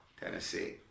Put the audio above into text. Tennessee